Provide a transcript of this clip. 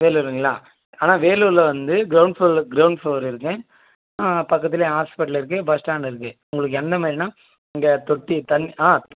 வேலூருங்களா ஆனால் வேலூரில் வந்து கிரௌண்ட் ஃப்ளோர் க்ரௌண்ட் ஃப்ளோரு இருக்குது பக்கத்துலேயே ஹாஸ்பிட்டல் இருக்குது பஸ் ஸ்டாண்ட் இருக்குது உங்களுக்கு என்ன மாதிரினா இங்கே தொட்டி தண்ணி ஆ